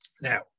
Now